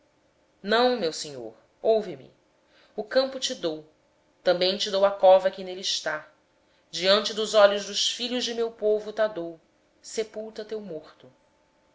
não meu senhor ouve me o campo te dou também te dou a cova que nele está na presença dos filhos do meu povo ta dou sepulta o teu morto